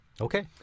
Okay